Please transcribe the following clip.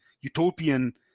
utopian